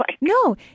No